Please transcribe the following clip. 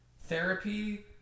therapy